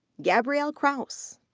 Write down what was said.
gabriella crouse.